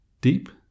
deep